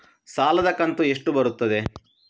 ಸಾಲದ ಕಂತು ಎಷ್ಟು ಬರುತ್ತದೆ?